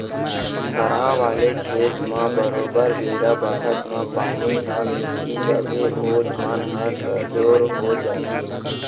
थरहा वाले खेत म बरोबर बेरा बखत म पानी ह मिलही तभे ओ धान ह सजोर हो ही